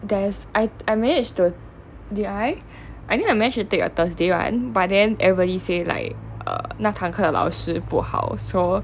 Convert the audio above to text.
there's I I manage to did I I think I manage to take a thursday one but then everybody say like err 那堂课的老师不好 so